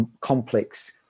complex